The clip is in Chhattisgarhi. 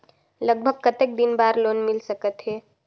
लगभग कतेक दिन बार लोन मिल सकत हे?